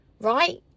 right